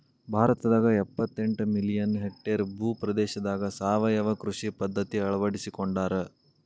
ಭಾರತದಾಗ ಎಪ್ಪತೆಂಟ million hectare ಭೂ ಪ್ರದೇಶದಾಗ ಸಾವಯವ ಕೃಷಿ ಪದ್ಧತಿ ಅಳ್ವಡಿಸಿಕೊಂಡಾರ